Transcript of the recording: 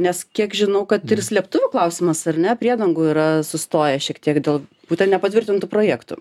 nes kiek žinau kad ir slėptuvių klausimas ar ne priedangų yra sustojęs šiek tiek dėl būten nepatvirtintų projektų